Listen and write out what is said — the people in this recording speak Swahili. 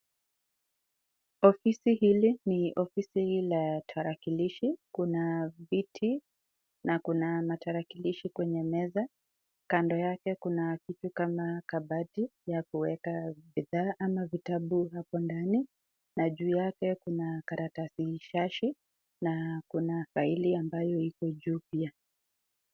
Ofisi hili ni ofisi la tarakilishi. Kuna viti na Kuna matarakilishi kwenye meza kando yake kuna kitu kama kabati ya kuweka bidhaa ama vitabu hapo ndani, na juu yake kuna karatasi chache na kuna faili ambayo iko juu pia.